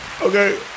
Okay